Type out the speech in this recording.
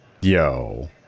Yo